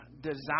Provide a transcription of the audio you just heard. design